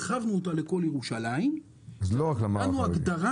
הרחבנו אותה לכל ירושלים ונתנו הגדרה